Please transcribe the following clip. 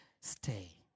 Stay